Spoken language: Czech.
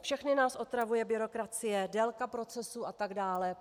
Všechny nás otravuje byrokracie, délka procesů a tak dále.